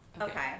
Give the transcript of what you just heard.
Okay